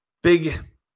Big